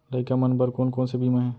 लइका मन बर कोन कोन से बीमा हे?